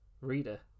reader